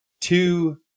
two